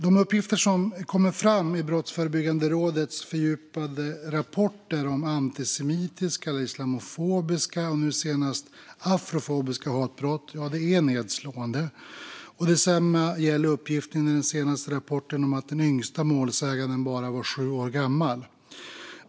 De uppgifter som kommer fram i Brottsförebyggande rådets fördjupade rapporter om antisemitiska, islamofobiska och nu senast afrofobiska hatbrott är nedslående. Detsamma gäller uppgiften i den senaste rapporten om att den yngsta målsäganden bara var sju år gammal.